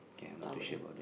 towel